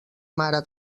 mare